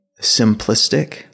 simplistic